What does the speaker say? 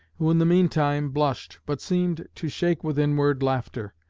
who in the meantime blushed, but seemed to shake with inward laughter.